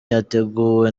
yateguwe